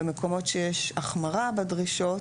ובמקומות שיש החמרה בדרישות,